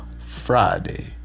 Friday